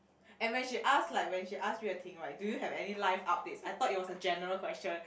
and when she ask like when she ask Yue-Ting right do you have any live updates I thought it was a general question